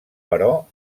però